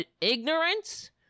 ignorance